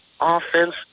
offense